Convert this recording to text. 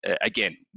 again